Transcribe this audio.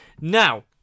Now